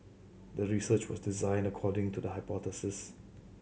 the research was designed according to the hypothesis